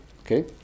Okay